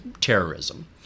terrorism